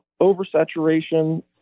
oversaturation